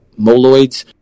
moloids